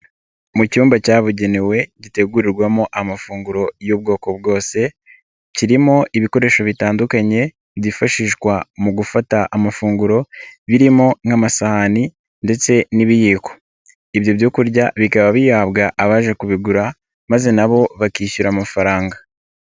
Mu cyumba cyabugenewe gitegurirwamo amafunguro y'ubwoko bwose, kirimo ibikoresho bitandukanye byifashishwa mu gufata amafunguro birimo nk'amasahani ndetse n'ibiyiko, ibyo byo kurya bikaba bihabwa abaje kubigura maze na bo bakishyura amafaranga.